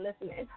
listening